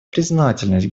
признательность